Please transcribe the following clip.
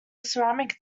ceramic